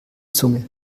zunge